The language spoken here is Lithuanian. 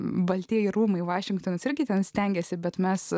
baltieji rūmai vašingtonas irgi ten stengėsi bet mes